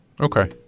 Okay